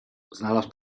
znalazł